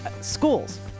schools